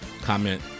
comment